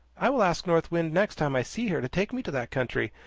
i will ask north wind next time i see her to take me to that country.